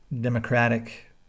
Democratic